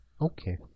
Okay